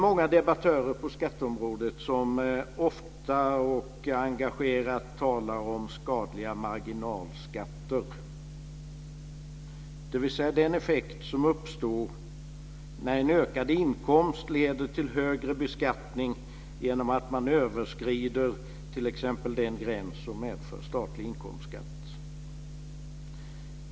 Många debattörer på skatteområdet talar ofta och engagerat om skadliga marginalskatter, dvs. den effekt som uppstår när ökad inkomst leder till högre beskattning genom att man överskrider t.ex. den gräns som medför statlig inkomstskatt.